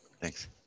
Thanks